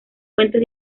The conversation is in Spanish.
fuentes